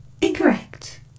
Incorrect